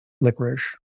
licorice